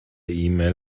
mail